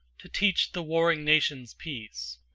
to teach the warring nations peace!